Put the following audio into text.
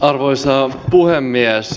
arvoisa puhemies